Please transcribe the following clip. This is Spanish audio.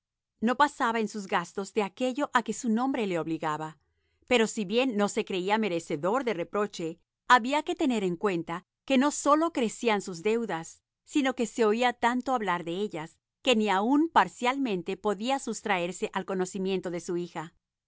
no pasaba en sus gastos de aquello a que su nombre le obligaba pero si bien no se creía merecedor de reproche había que tener en cuenta que no sólo crecían sus deudas sino que se oía tanto hablar de ellas que ni aun parcialmente podía sustraerlo al conocimiento de su hija